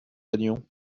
allions